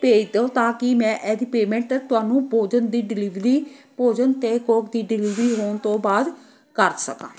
ਭੇਜ ਦਿਉ ਤਾਂ ਕਿ ਮੈਂ ਇਹਦੀ ਪੇਮੈਂਟ ਤੁਹਾਨੂੰ ਭੋਜਨ ਦੀ ਡਿਲੀਵਰੀ ਭੋਜਨ ਅਤੇ ਕੋਕ ਦੀ ਡਿਲੀਵਰੀ ਹੋਣ ਤੋਂ ਬਾਅਦ ਕਰ ਸਕਾਂ